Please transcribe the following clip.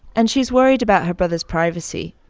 and she's worried about her brother's privacy,